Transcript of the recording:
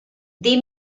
they